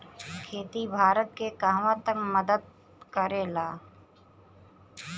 खेती भारत के कहवा तक मदत करे ला?